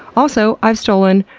also, i've stolen,